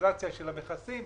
הגלובליזציה של המכסים.